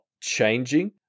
changing